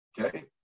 okay